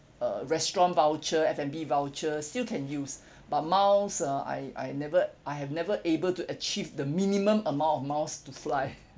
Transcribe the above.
uh restaurant voucher F&B voucher still can use but miles uh I I never I have never able to achieve the minimum amount of miles to fly